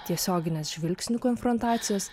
tiesioginės žvilgsnių konfrontacijos